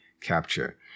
capture